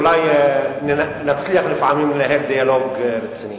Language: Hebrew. אולי נצליח לפעמים לנהל דיאלוג רציני.